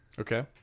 Okay